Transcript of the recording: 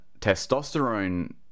testosterone